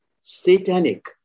satanic